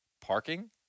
parking